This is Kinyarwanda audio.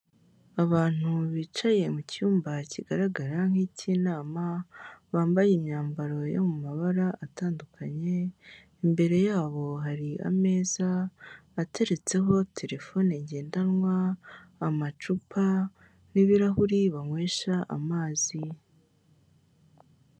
Abantu bicaye mu cyumba kigaragara nk'icy'inama, bambaye imyambaro yo mu mabara atandukanye, imbere yabo hari ameza ateretseho telefone ngendanwa, amacupa, n'ibirahuri banywesha amazi.